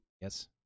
Yes